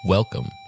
Welcome